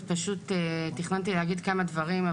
תכננתי להגיד כמה דברים,